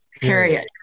Period